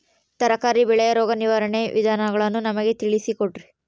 ತರಕಾರಿ ಬೆಳೆಯ ರೋಗ ನಿರ್ವಹಣೆಯ ವಿಧಾನಗಳನ್ನು ನಮಗೆ ತಿಳಿಸಿ ಕೊಡ್ರಿ?